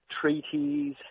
treaties